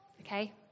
Okay